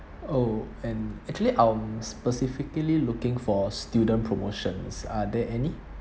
oh and actually I'm specifically looking for student promotions are there any